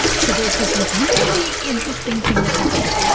so there's this really interesting thing that happens.